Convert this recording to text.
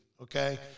okay